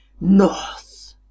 north